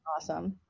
awesome